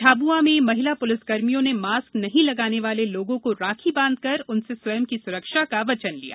झाबुआ में महिला पुलिसकर्मियों ने मास्क नहीं लगाने वाले लोगों को राखी बांधकर उनसे स्वयं की सुरक्षा का वचन लिया